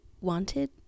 wanted